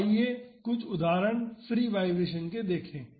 अब आइए कुछ उदाहरण फ्री वाइब्रेशन के देखें